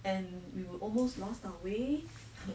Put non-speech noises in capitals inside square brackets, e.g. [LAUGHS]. and we were almost lost our way [LAUGHS]